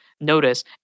notice